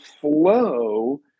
flow